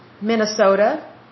Minnesota